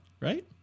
right